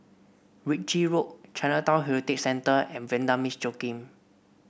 Ritchie Road Chinatown Heritage Centre and Vanda Miss Joaquim